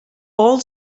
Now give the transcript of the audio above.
all